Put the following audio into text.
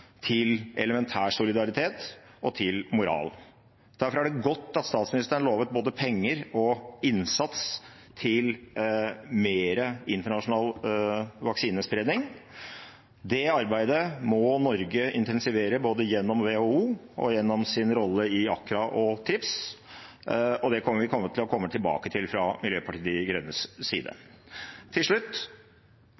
til elementær solidaritet og moral. Derfor er det godt at statsministeren lovet både penger til og innsats for mer internasjonal vaksinespredning. Det arbeidet må Norge intensivere, både gjennom WHO og gjennom sin rolle i ACT-A og TRIPS, og det kommer vi til å komme tilbake til fra Miljøpartiet De Grønnes side.